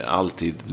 alltid